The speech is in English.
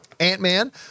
Ant-Man